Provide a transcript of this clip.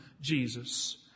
Jesus